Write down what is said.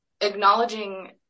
acknowledging